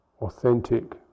authentic